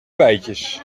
bijtjes